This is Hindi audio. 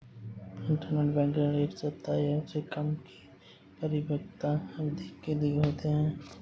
इंटरबैंक ऋण एक सप्ताह या उससे कम की परिपक्वता अवधि के लिए होते हैं